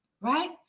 Right